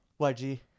YG